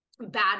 bad